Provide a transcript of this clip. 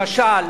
למשל,